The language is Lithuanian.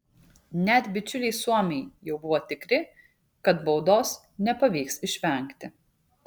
net bičiuliai suomiai jau buvo tikri kad baudos nepavyks išvengti